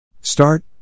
Start